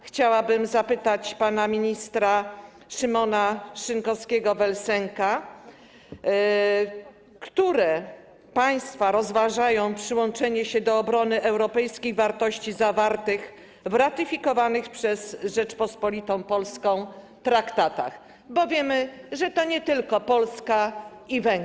Chciałabym zapytać pana ministra Szymona Szynkowskiego vel Sęka, które państwa rozważają przyłączenie się do obrony europejskich wartości określonych w ratyfikowanych przez Rzeczpospolitą Polską traktatach, bo wiemy, że to nie tylko Polska i Węgry.